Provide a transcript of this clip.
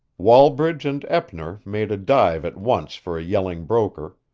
wallbridge and eppner made a dive at once for a yelling broker,